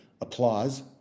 applause